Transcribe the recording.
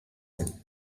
well